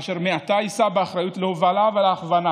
אשר מעתה יישא באחריות להובלה ולהכוונה